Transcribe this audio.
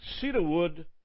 cedarwood